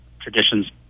traditions